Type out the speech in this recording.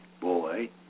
boy